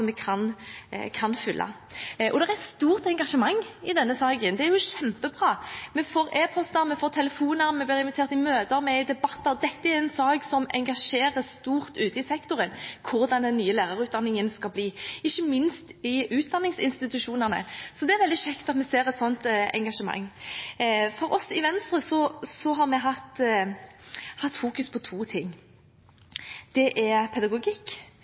vi kan fylle. Det er stort engasjement i denne saken. Det er kjempebra. Vi får e-poster, og vi får telefoner, vi blir invitert i møter, og vi er med i med debatter. Hvordan den nye lærerutdanningen skal bli, engasjerer stort ute i sektoren, ikke minst i utdanningsinstitusjonene. Det er veldig kjekt at vi ser et sånt engasjement. I Venstre har vi hatt fokus på to ting: pedagogikk og praksis. Som flere også har sagt, får vi veldig mange tilbakemeldinger. Mange er